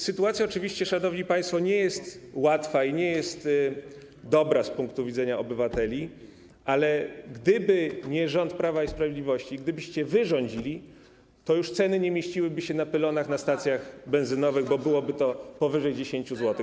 Sytuacja, szanowni państwo, oczywiście nie jest łatwa i nie jest dobra z punktu widzenia obywateli, ale gdyby nie rząd Prawa i Sprawiedliwości, gdybyście wy rządzili, to ceny już nie mieściłyby się na pylonach na stacjach benzynowych, bo byłoby to powyżej 10 zł.